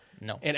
No